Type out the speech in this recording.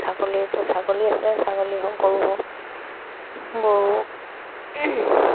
ছাগলীতো ছাগলী আছে ছাগলী হওক গৰু হওক গৰুক